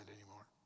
anymore